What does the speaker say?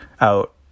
out